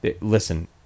Listen